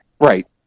Right